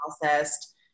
processed